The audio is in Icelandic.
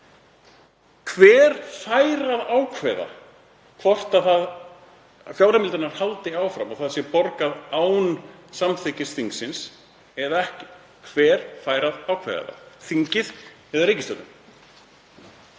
Hver fær að ákveða hvort fjárheimildirnar haldi áfram og það sé borgað án samþykkis þingsins eða ekki? Hver fær að ákveða það, þingið eða ríkisstjórnin?